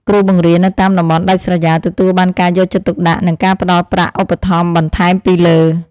គ្រូបង្រៀននៅតាមតំបន់ដាច់ស្រយាលទទួលបានការយកចិត្តទុកដាក់និងការផ្តល់ប្រាក់ឧបត្ថម្ភបន្ថែមពីលើ។